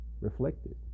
reflected